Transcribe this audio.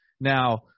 now